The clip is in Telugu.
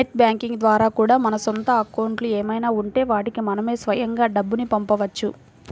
నెట్ బ్యాంకింగ్ ద్వారా కూడా మన సొంత అకౌంట్లు ఏమైనా ఉంటే వాటికి మనమే స్వయంగా డబ్బుని పంపవచ్చు